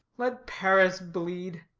let paris bleed